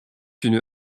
une